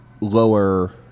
lower